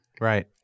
right